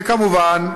כמובן,